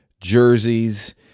jerseys